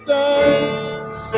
thanks